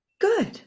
Good